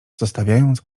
zostawiając